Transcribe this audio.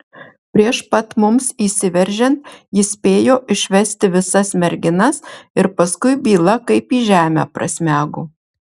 prieš pat mums įsiveržiant jis spėjo išvesti visas merginas ir paskui byla kaip į žemę prasmego